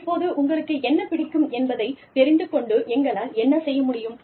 இப்போது உங்களுக்கு என்ன பிடிக்கும் என்பதைத் தெரிந்து கொண்டு எங்களால் என்ன செய்ய முடியும்